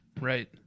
Right